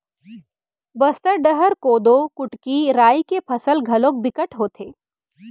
बस्तर डहर कोदो, कुटकी, राई के फसल घलोक बिकट होथे